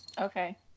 Okay